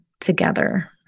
together